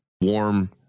warm